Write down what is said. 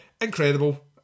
Incredible